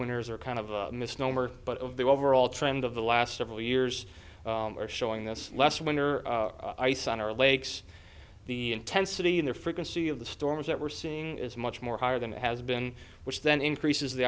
winners are kind of a misnomer but of the overall trend of the last several years are showing this less winter ice on our lakes the intensity in the frequency of the storms that we're seeing is much more higher than it has been which then increases the